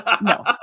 No